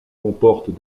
comportent